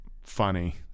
funny